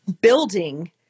building